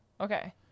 okay